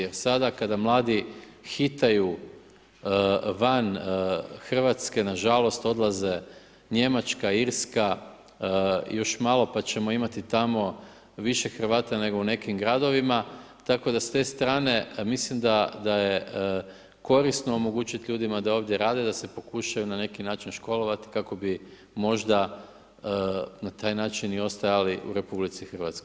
Jer sada kada mladi hitaju van Hrvatske, na žalost odlaze Njemačka, Irska, pa još malo pa ćemo imati tamo više Hrvata nego u nekim gradovima tako da s te strane mislim da je korisno omogućiti ljudima da ovdje rade da se pokušaju na neki način školovati kako bi možda na taj način i ostajali u Republici Hrvatskoj.